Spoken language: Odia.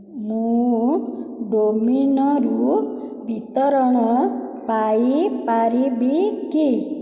ମୁଁ ଡୋମିନୋରୁ ବିତରଣ ପାଇ ପାରିବି କି